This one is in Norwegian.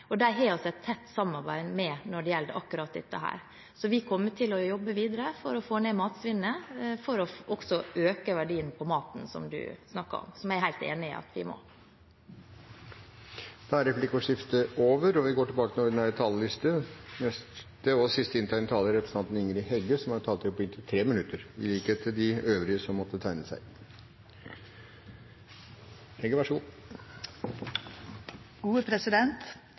og dem har vi et tett samarbeid med når det gjelder akkurat dette. Så vi kommer til å jobbe videre for å få ned matsvinnet og også for å øke verdien på maten, som representanten snakker om, og som jeg er helt enig i at vi må. Replikkordskiftet er over. De talere som heretter får ordet, har en taletid på inntil 3 minutter. Forslagsstillarane reiser ei veldig aktuell problemstilling, og eg deler forslagsstillarane si bekymring for at det årleg vert kasta fleire hundre tusen tonn spiseleg mat. Noreg har slutta seg